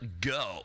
go